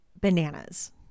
bananas